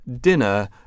dinner